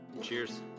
Cheers